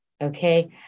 okay